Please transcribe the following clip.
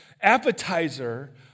appetizer